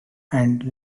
and